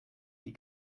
die